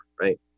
right